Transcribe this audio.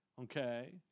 Okay